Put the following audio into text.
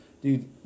dude